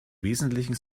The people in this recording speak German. wesentlichen